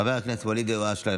חבר הכנסת ואליד אלהואשלה,